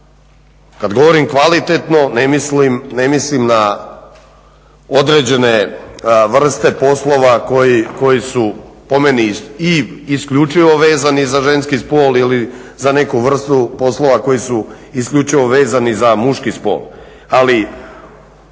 Kad govorim kvalitetno ne mislim na određene vrste poslova koji su po meni i isključivo vezani za ženski spol ili za neku vrstu poslova koji su isključivo vezani za muški spol,